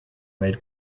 made